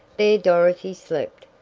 there dorothy slept.